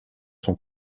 sont